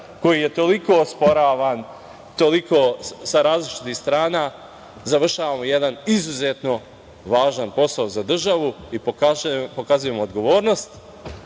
koji je toliko osporavan, toliko sa različitih strana završavamo jedan izuzetno važan posao za državu i pokazujemo odgovornost.U